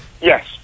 Yes